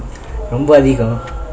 ரொம்ப அதிகம்:romba athegam